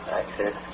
access